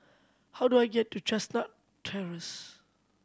how do I get to Chestnut Terrace